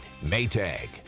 Maytag